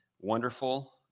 Wonderful